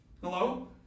Hello